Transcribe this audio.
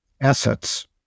assets